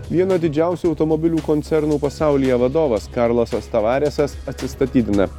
vieno didžiausių automobilių koncernų pasaulyje vadovas karlasas tavaresas atsistatydina